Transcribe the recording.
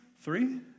Three